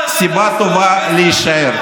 סיבה טוב להישאר.